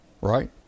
right